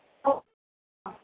okay ஆ